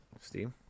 Steve